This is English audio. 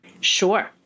Sure